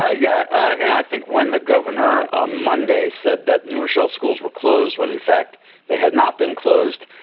ah yeah. and i think when the governor on monday said that new rochelle schools were closed when in fact they had not been closed,